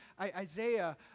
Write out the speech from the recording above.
Isaiah